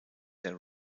der